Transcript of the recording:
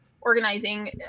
organizing